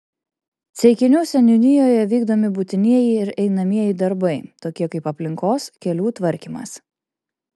ceikinių seniūnijoje vykdomi būtinieji ir einamieji darbai tokie kaip aplinkos kelių tvarkymas